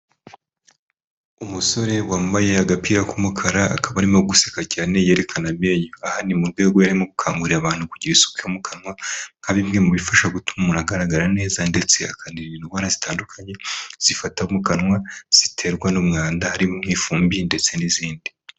Umusore wambaye agapira k'umukara akaba arimo guseka cyane yerekana amenyo, aha ni mu rwego yarimo gukangurira abantu kugira isuku mu kanwa nka bimwe mu bifasha gutuma umuntu agaragara neza ndetse akanirinda indwara zitandukanye zifata mu kanwa ziterwa n'umwanda, harimo ifumbi ndetse n'izindi.